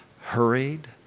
hurried